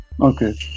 okay